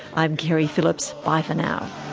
i'm keri phillips, bye for now.